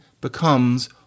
becomes